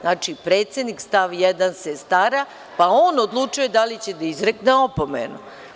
Znači, predsednik, stav 1. se stara, pa on odlučuje da li će da izrekne opomenu.